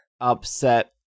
upset